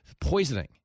Poisoning